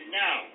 now